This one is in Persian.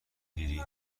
گیری